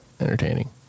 entertaining